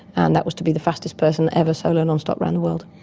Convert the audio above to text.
and that was to be the fastest person ever solo non-stop around the world.